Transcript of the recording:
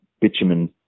bitumen